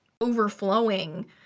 overflowing